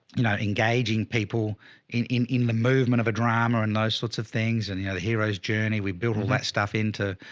you know, engaging people in in the movement of a drama and those sorts of things. and, you know, the heroes journey, we built all that stuff into,